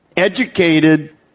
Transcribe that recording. Educated